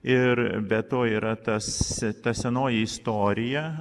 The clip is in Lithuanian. ir be to yra tas ta senoji istorija